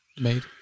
made